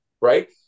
right